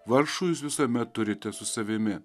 vargšų jūs visuomet turite su savimi